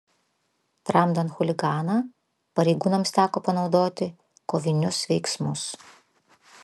tramdant chuliganą pareigūnams teko panaudoti kovinius veiksmus